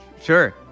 sure